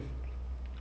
okay okay